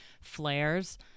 flares